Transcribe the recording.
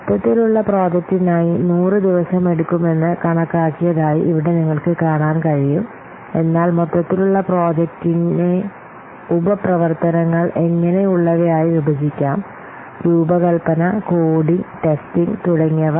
മൊത്തത്തിലുള്ള പ്രോജക്റ്റിനായി 100 ദിവസമെടുക്കുമെന്ന് കണക്കാക്കിയതായി ഇവിടെ നിങ്ങൾക്ക് കാണാൻ കഴിയും എന്നാൽ മൊത്തത്തിലുള്ള പ്രോജക്റ്റിനെ ഉപ പ്രവർത്തനങ്ങൾ എങ്ങനെയുള്ളവയായി വിഭജിക്കാം രൂപകൽപ്പന കോഡിംഗ് ടെസ്റ്റിംഗ് തുടങ്ങിയവ